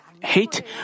hate